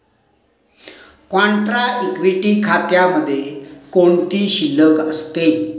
Contra equity खात्यामध्ये कोणती शिल्लक असते?